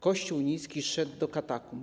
Kościół unicki zszedł do katakumb.